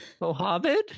Mohammed